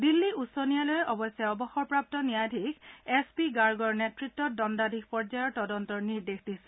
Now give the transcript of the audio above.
দিল্লী উচ্চ ন্যায়ালয়ে অৱশ্যে অৱসৰপ্ৰাপ্ত ন্যায়াধীশ এছ পি গাৰ্গৰ নেতৃত্বত দণ্ডাধীশ পৰ্যায়ৰ তদন্তৰ নিৰ্দেশ দিছে